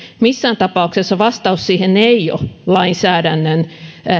missään tapauksessa vastaus siihen ei ole lainsäädännön